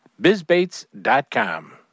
bizbaits.com